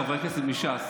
חברי הכנסת מש"ס,